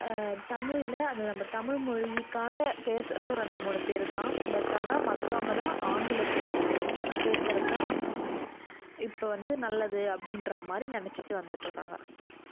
தமிழில் அதை நம்ம தமிழ்மொழிக்காக பேசுகிறது ரெண்டு மூணு பேர் தான் பட் ஆனால் மற்றவங்க தான் ஆங்கிலத்தில் பேசுகிறது தான் இப்போது வந்து நல்லது அப்படின்றா மாதிரி நினச்சிட்டு வந்துட்டுருக்காங்க